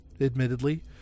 admittedly